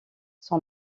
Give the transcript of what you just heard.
son